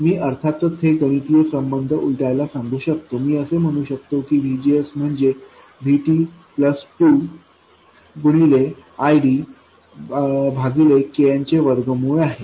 मी अर्थातच हे गणितीय संबंध उलटायला सांगू शकतो मी असे म्हणू शकतो की VGSम्हणजे VTप्लस 2 गुणिले IDभागिले Kn चे वर्गमूळ आहे